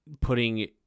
putting